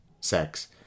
sex